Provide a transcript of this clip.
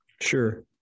Sure